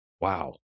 Wow